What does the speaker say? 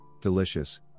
delicious